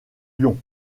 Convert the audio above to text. lion